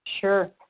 Sure